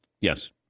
Yes